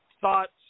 thoughts